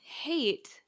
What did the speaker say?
hate